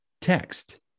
text